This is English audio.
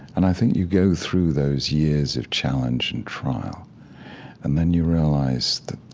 and i think you go through those years of challenge and trial and then you realize that